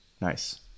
Nice